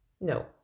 no